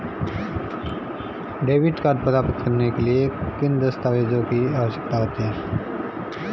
Debit card प्राप्त करने के लिए किन दस्तावेज़ों की आवश्यकता होती है?